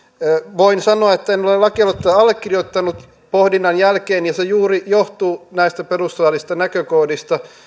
voin sanoa että en ole lakialoitetta allekirjoittanut pohdinnan jälkeen ja se johtuu juuri näistä perustuslaillisista näkökohdista